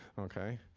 okay.